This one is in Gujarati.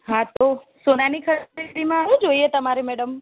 હા તો સોનાની ખરીદીમાં શું જોઈએ તમારે મેડમ